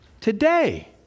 today